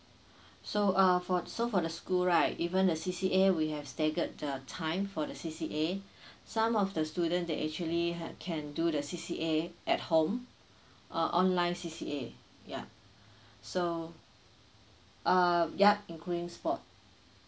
so uh for so for the school right even the C_C_A we have staggered the time for the C_C_A some of the student they actually had can do the C_C_A at home uh online C_C_A ya so uh yup including sport